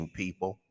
people